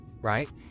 right